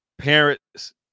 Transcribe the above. Parents